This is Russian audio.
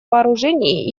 вооружений